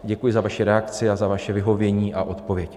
Děkuji za vaši reakci a za vaše vyhovění a odpověď.